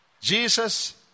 Jesus